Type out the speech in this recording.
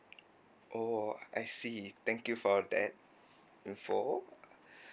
oh I see thank you for that info